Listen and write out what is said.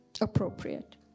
appropriate